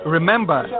Remember